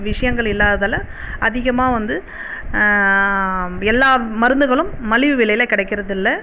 விஷயங்கள் இல்லாததால் அதிகமாக வந்து எல்லா மருந்துகளும் மலிவு விலையில் கிடைக்கிறது இல்லை